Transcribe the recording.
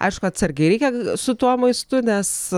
aišku atsargiai reikia su tuo maistu nes